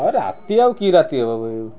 ହଁ ରାତି ଆଉ କି ରାତି ହବ